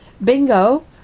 Bingo